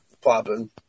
popping